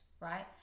right